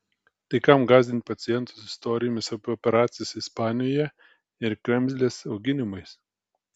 tai kam gąsdinti pacientus istorijomis apie operacijas ispanijoje ir kremzlės auginimais